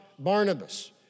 Barnabas